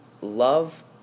love